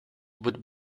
would